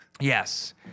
Yes